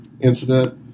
incident